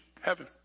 heaven